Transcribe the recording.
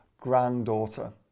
granddaughter